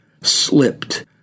slipped